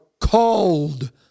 called